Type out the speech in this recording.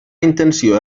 intenció